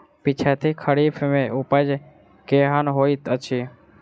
पिछैती खरीफ मे उपज केहन होइत अछि?